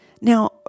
Now